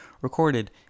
recorded